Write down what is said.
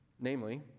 Namely